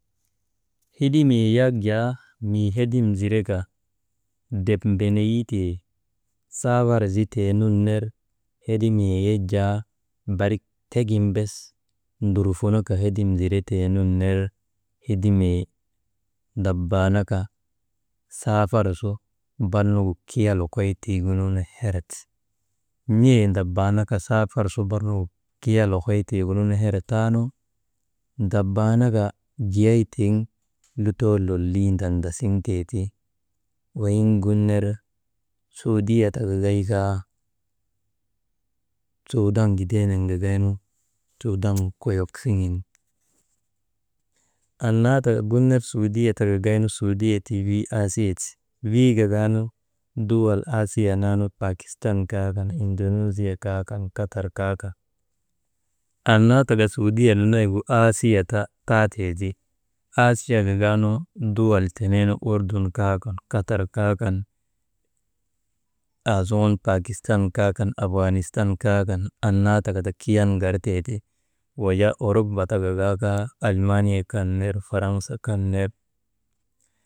Hedimee yak jaa mii hedim zireka drep mbeneyitee saawar ziteenun ner, hedimee yak jaa barik tegin ndurfunoka hedim ziretee nun ner hedimee ndabaasaka saafar su bar nugu kiya lokoy tiigunu herti, n̰ee ndabaanaka bar nugu saafar su lokoy tiigunu hertaanu, ndabaanaka giyay tiŋ lutoo lolii ndandasiŋtee ti, weyin gun ner suudiya ta gagaykaa, suudan gideenak gagaynu, suudan gu koyok siŋen, annaa taka gun ner suudiya gagaynu, suudiya tii wii aasia ti, wii gagaanu duwal aasia naa nu paakistan kaa kan, indunoozya kaa kan, katar kaa kan, annaa taka suudia nanaygu aasia ta taatee ti, aasiya gagaanu duwal teneenu urdun kaa kan, katar kaa kan, aasuŋun Pakistan kaa kan abganistan kaa kan, annaa takata, Kiyan gartee ti. Wujaa uruba ti gaga kaa, almaaniya kan ner, faransa kan ner.